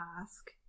ask